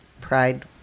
pride